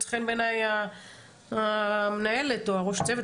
מוצא חן בעיניי המנהלת או ראש הצוות,